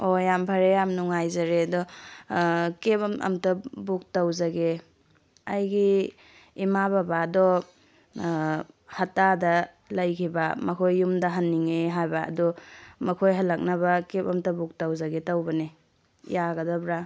ꯑꯣ ꯌꯥꯝ ꯐꯔꯦ ꯌꯥꯝ ꯅꯨꯡꯉꯥꯏꯖꯔꯦ ꯑꯗꯣ ꯀꯦꯞ ꯑꯃꯇ ꯕꯨꯛ ꯇꯧꯖꯒꯦ ꯑꯩꯒꯤ ꯏꯃꯥ ꯕꯕꯥꯗꯣ ꯍꯠꯇꯥꯗ ꯂꯩꯈꯤꯕ ꯃꯈꯣꯏ ꯌꯨꯝꯗ ꯍꯟꯅꯤꯡꯉꯦ ꯍꯥꯏꯕ ꯑꯗꯣ ꯃꯈꯣꯏ ꯍꯜꯂꯛꯅꯕ ꯀꯦꯞ ꯑꯃꯇ ꯕꯨꯛ ꯇꯧꯖꯒꯦ ꯇꯧꯕꯅꯦ ꯌꯥꯒꯗꯕ꯭ꯔꯥ